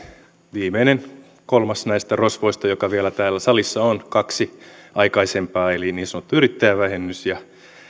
viimeinen kolmas näistä rosvoista joka vielä täällä salissa on kaksi aikaisempaa eli niin sanottu yrittäjävähennys ja